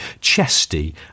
Chesty